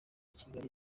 kigali